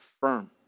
firm